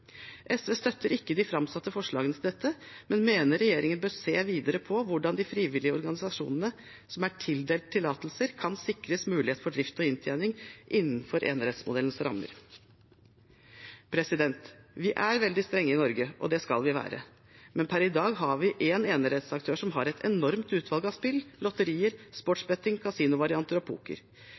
SV støtter ikke de framsatte forslagene til dette, men mener regjeringen bør se videre på hvordan de frivillige organisasjonene som er tildelt tillatelser, kan sikres mulighet for drift og inntjening innenfor enerettsmodellens rammer. Vi er veldig strenge i Norge, og det skal vi være, men per i dag har vi én enerettsaktør som har et enormt utvalg av spill, lotterier, sportsbetting, casinovarianter og poker.